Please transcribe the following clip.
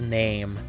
name